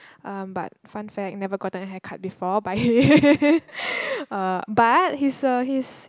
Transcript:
um but fun fact never gotten a haircut before by him uh but his uh his